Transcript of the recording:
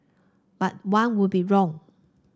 but one would be wrong